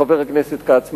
חבר הכנסת כץ,